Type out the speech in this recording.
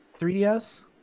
3DS